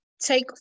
take